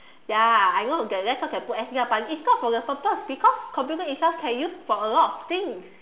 ya I know that's why can put S_D drive but it's not for the purpose because computer itself can use for a lot of things